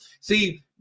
See